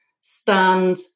stand